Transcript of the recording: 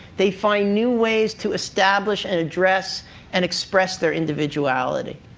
they find new ways to establish and address and express their individuality.